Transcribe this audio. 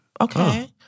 okay